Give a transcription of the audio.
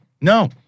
No